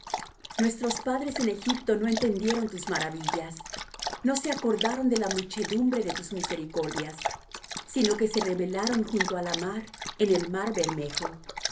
nuestros padres en egipto no entendieron tus maravillas no se acordaron de la muchedumbre de tus misericordias sino que se rebelaron junto á la mar en el mar bermejo